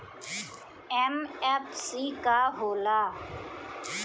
MFC का हो़ला?